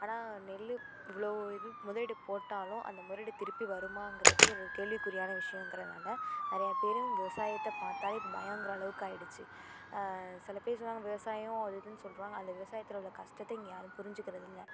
ஆனால் நெல் இவ்வளோ இது முதலீடு போட்டாலும் அந்த முதலீடு திருப்பி வருமாங்கிறது ஒரு கேள்விக்குறியான விஷயங்கிறனால நிறையா பேர் விவசாயத்தை பார்த்தாலே இப்போ பயங்கிற அளவுக்கு ஆகிடுச்சு சிலப் பேர் சொல்லுவாங்க விவசாயம் ஒரு இதுன்னு சொல்லுவாங்க அந்த விவசாயத்தில் உள்ள கஷ்டத்த இங்கே யாரும் புரிஞ்சுக்கிறதில்ல